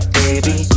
baby